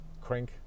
Crank